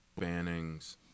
bannings